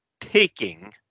taking